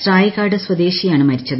സ്രായികാട് സ്വദേശിയാണ് മരിച്ചത്